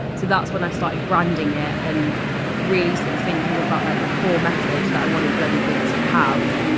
so that's when i started branding it and really sort of thinking about like the core message that i wanted bloody good to have.